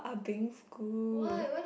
ah beng school